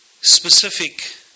specific